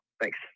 Thanks